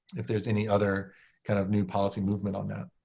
if there's any other kind of new policy movement on that.